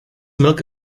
milk